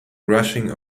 rushing